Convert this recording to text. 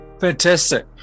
fantastic